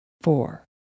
four